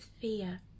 fear